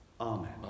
Amen